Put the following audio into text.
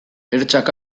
ertzak